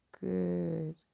good